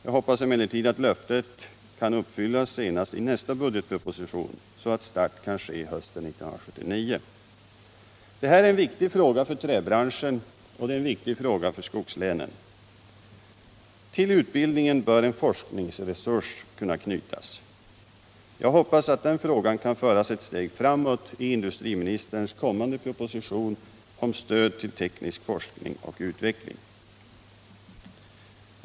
Jag hoppas emellertid att löftet uppfylls senast i nästa budgetproposition, så att start kan ske hösten 1979. Detta är en viktig fråga för träbranschen och för skogslänen. Till utbildningen bör en forskningsresurs knytas. Jag hoppas att den frågan kan föras ett steg framåt i industriministerns kommande proposition om stöd till teknisk forskning och utveckling.